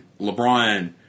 LeBron